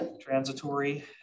transitory